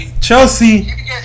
Chelsea